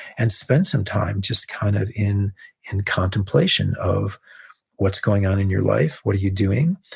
and spend some time just kind of in in contemplation of what's going on in your life, what are you doing.